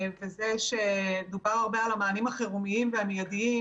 דובר הרבה על המענים החירומיים והמיידיים